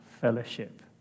fellowship